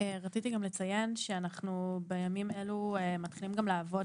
רציתי גם לציין שבימים אלה אנחנו גם מתחילים לעבוד